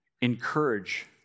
encourage